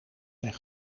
zijn